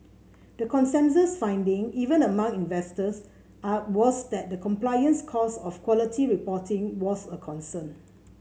the consensus finding even among investors are was that the compliance costs of quality reporting was a concern